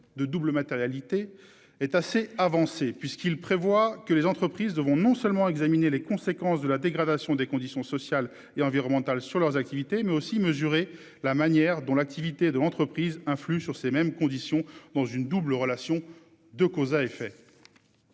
de double matérialité est assez avancé, puisqu'il prévoit que les entreprises devront non seulement à examiner les conséquences de la dégradation des conditions sociales et environnementales sur leurs activités mais aussi mesurer la manière dont l'activité de l'entreprise influe sur ces mêmes conditions dans une double relation de cause à effet.